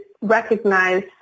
recognize